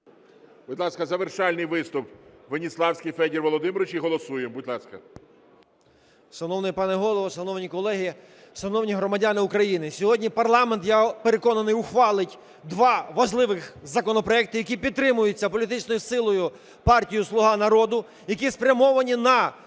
Будь ласка, завершальний виступ Веніславський Федір Володимирович, і голосуємо. Будь ласка. 10:53:00 ВЕНІСЛАВСЬКИЙ Ф.В. Шановний пане Голово, шановні колеги, шановні громадяни України! Сьогодні парламент, я переконаний, ухвалить два важливих законопроекти, які підтримуються політичною силою, партією "Слуга народу", які спрямовані на